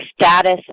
status